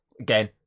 Again